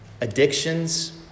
addictions